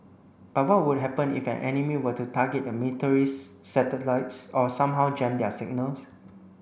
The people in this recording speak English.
but what would happen if an enemy were to target the military's satellites or somehow jam their signals